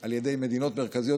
על ידי מדינות מרכזיות,